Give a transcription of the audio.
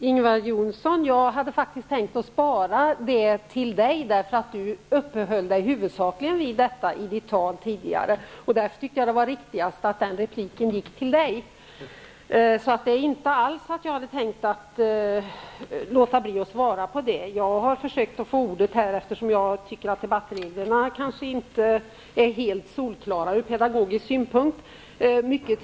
Herr talman! Jag hade faktiskt tänkt att spara detta med komvux till Ingvar Johnsson, eftersom han huvudsakligen uppehöll sig vid det i sitt anförande tidigare. Jag tyckte därför att det var riktigast att den repliken gick till honom. Jag hade inte alls tänkt låta bli att svara. Jag har försökt att få ordet tidigare i detta ämne och i flera andra, men jag har fått ge mig till tåls. Jag tycker att debattreglerna kanske inte är helt solklara ur pedagogisk synpunkt.